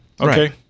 okay